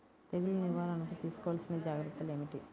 తెగులు నివారణకు తీసుకోవలసిన జాగ్రత్తలు ఏమిటీ?